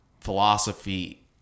philosophy